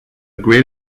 great